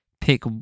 pick